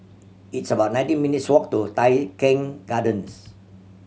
it's about nineteen minutes' walk to Tai Keng Gardens